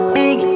big